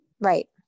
Right